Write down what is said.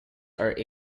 are